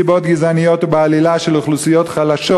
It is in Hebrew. מסיבות גזעניות ובעלילה של אוכלוסיות חלשות,